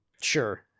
sure